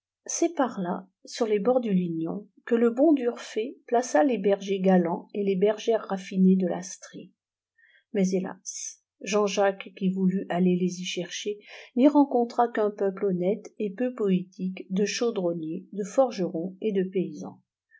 c'est par là sur les bords du lignon que le bon d'urfé plaça les bergers galants et les bergères rafifinées de l'astrée mais hélas jean-jacques qui voulut aller les y chercher n'y rencontra qu'un peuple honnête et peu poétique de chaudronniers de forgerons et de paysans